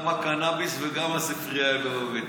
גם הקנביס וגם הספרייה הלאומית.